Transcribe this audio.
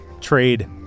Trade